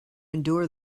endure